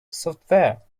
software